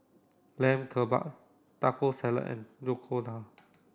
Lamb Kebabs Taco Salad and Oyakodon